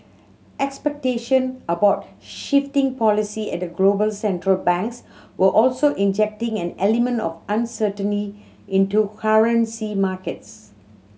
expectation about shifting policy at global Central Banks were also injecting an element of uncertainty into currency markets